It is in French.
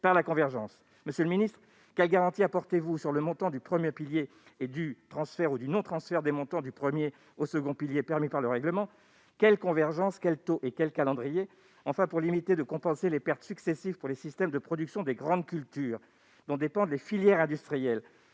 par la convergence. Monsieur le ministre, quelles garanties apportez-vous sur le montant du premier pilier et sur le transfert ou non des montants du premier au second pilier permis par le règlement ? Quelle convergence, quel taux et quel calendrier envisagez-vous ? Par ailleurs, pour limiter la compensation des pertes successives pour les systèmes de production des grandes cultures, dont dépendent les filières industrielles,